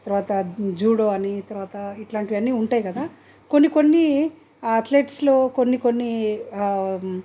తరువాత జూడో అని తరువాత ఇట్లాంటివన్నీ ఉంటాయి కదా కొన్ని కొన్ని అథ్లెట్స్లో కొన్ని కొన్ని